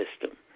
system